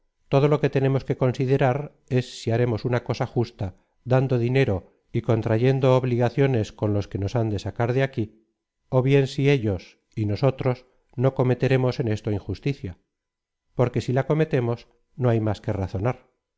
todo lo que tenemos que considerar es si haremos una cosa justa dando dinero y contrayendo obligaciones con los que nos han de sacar de aquí ó bien si ellos y nosplatón obras completas edición de patricio de azcárate tomo adrid otros no cometeremos en esto injusticia porque si la cometemos no hay más que razonar es